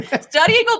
Studying